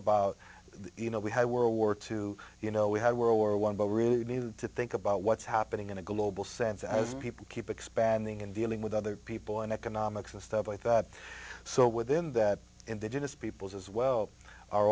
about you know we had world war two you know we had world war one but we really needed to think about what's happening in a global sense as people keep expanding and dealing with other people and economics and stuff like that so within that indigenous peoples as well are